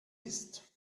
ist